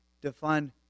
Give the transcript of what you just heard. define